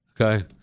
okay